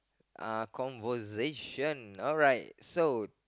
uh conversation so